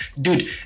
Dude